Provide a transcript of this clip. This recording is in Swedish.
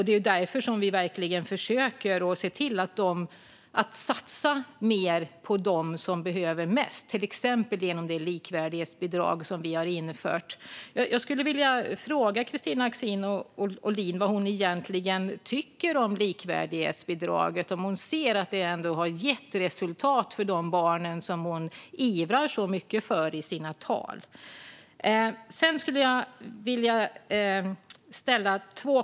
Det är därför som vi verkligen försöker se till att satsa mer på dem som behöver mest, till exempel med det likvärdighetsbidrag som vi har infört. Vad tycker Kristina Axén Olin egentligen om likvärdighetsbidraget? Ser hon att det ändå har gett resultat för de barn som hon ivrar så mycket för i sina tal?